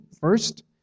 first